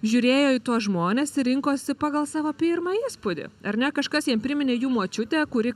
žiūrėjo į tuos žmones ir rinkosi pagal savo pirmą įspūdį ar ne kažkas jiem priminė jų močiutę kuri